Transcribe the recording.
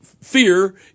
fear